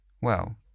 Well